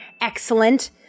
Excellent